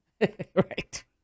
Right